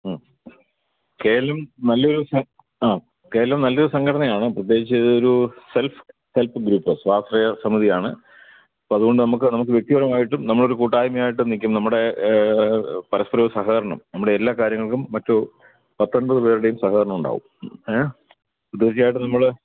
ഉം K L M നല്ലൊരു സം അ കെ എല് എം നല്ലൊരു സംഘടനയാണ് പ്രത്യേകിച്ച് ഒരു സെൽഫ് ഹെല്പ് ഗ്രൂപ്പ് സ്വാശ്രയ സമിതിയാണ് അപ്പോഴതുകൊണ്ട് നമുക്ക് നമ്മള്ക്ക് വ്യക്തിപരമായിട്ടും നമ്മളൊരു കൂട്ടായ്മയായിട്ടും നില്ക്കും നമ്മുടേ പരസ്പരം സഹകരണം നമ്മുടെ എല്ലാ കാര്യങ്ങൾക്കും മറ്റു പത്തൊമ്പത് പേരുടെയും സഹകരണം ഉണ്ടാവും എ തീർച്ചായിട്ടും നമ്മള്